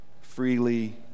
freely